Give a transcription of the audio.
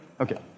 Okay